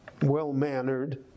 well-mannered